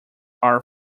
are